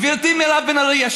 גברתי מירב בן ארי,